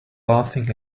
laughing